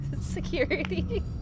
security